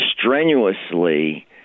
strenuously